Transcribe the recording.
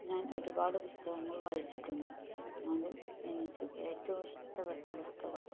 ഞാൻ ഒരുപാട് പുസ്തകങ്ങൾ വായിച്ചിട്ടുണ്ട് അതിൽ എനിക്ക് ഏറ്റവും ഇഷ്ടപ്പെട്ട പുസ്തകം